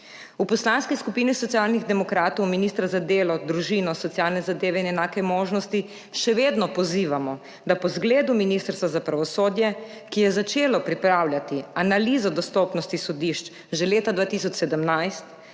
V Poslanski skupini Socialnih demokratov ministra za delo, družino, socialne zadeve in enake možnosti še vedno pozivamo, da po zgledu Ministrstva za pravosodje, ki je začelo pripravljati analizo dostopnosti sodišč že leta 2017,